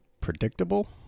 predictable